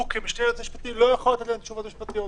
הוא כמשנה ליועץ משפטי לא יכול לתת לנו תשובות משפטיות,